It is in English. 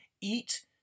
eat